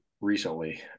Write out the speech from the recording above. recently